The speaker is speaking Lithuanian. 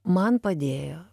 man padėjo